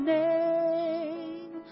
name